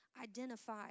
identify